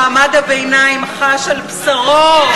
מעמד הביניים חש על בשרו.